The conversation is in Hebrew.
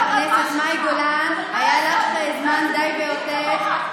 אני נבחרת ציבור בדיוק כמוך,